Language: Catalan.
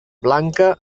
blanca